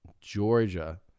Georgia